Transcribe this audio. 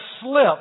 slip